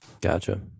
Gotcha